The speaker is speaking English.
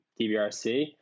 DBRC